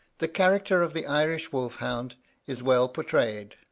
the character of the irish wolf-hound is well portrayed,